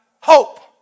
hope